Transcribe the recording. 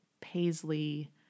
paisley